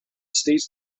states